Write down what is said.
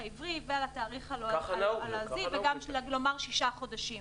העברי ועל התאריך הלועזי וגם לא לומר שישה חודשים.